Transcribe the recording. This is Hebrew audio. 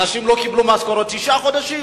אנשים לא קיבלו משכורות תשעה חודשים.